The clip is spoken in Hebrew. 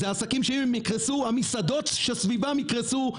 אלה עסקים שאם הם יקרסו המסעדות שסביבם יקרסו,